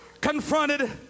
confronted